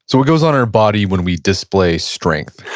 so what goes on our body, when we display strength?